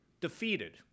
defeated